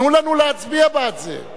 תנו לנו להצביע בעד זה.